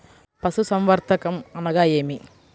పశుసంవర్ధకం అనగా ఏమి?